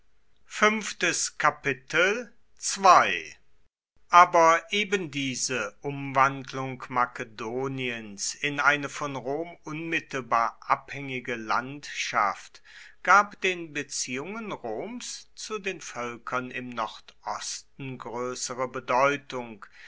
aber ebendiese umwandlung makedoniens in eine von rom unmittelbar abhängige landschaft gab den beziehungen roms zu den völkern im nordosten größere bedeutung